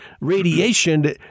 radiation